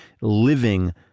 living